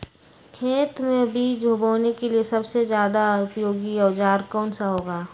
खेत मै बीज बोने के लिए सबसे ज्यादा उपयोगी औजार कौन सा होगा?